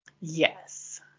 Yes